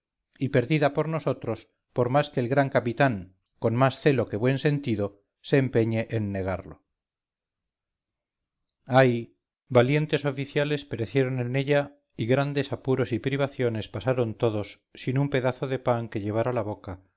y perdida por nosotros por más que el gran capitán con más celo que buen sentido se empeñe en negarlo ay valientes oficiales perecieron en ella y grandes apuros y privaciones pasaron todos sin un pedazo de pan que llevar a la boca